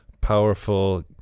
powerful